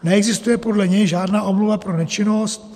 Neexistuje podle něj žádná omluva pro nečinnost.